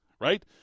right